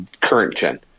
current-gen